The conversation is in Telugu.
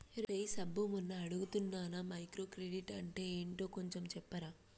రేయ్ సబ్బు మొన్న అడుగుతున్నానా మైక్రో క్రెడిట్ అంటే ఏంటో కొంచెం చెప్పరా